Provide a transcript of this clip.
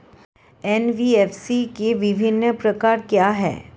NBFC के विभिन्न प्रकार क्या हैं?